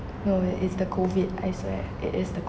no it is the COVID I swear it is the